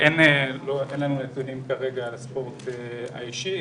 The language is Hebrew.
אין לנו נתונים כרגע על הספורט האישי.